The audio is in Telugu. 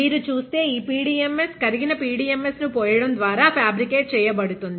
మీరు చూస్తే ఈ PDMS కరిగిన PDMS ను పోయడం ద్వారా ఫ్యాబ్రికేట్ చేయబడుతుంది